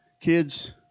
Kids